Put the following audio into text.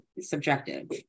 subjective